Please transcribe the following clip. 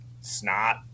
snot